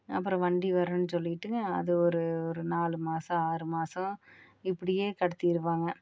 அப்புறம் வண்டி வரும்னு சொல்லிவிட்டுங்க அது ஒரு ஒரு நாலு மாதம் ஆறு மாதம் இப்படியே கடத்திடுவாங்க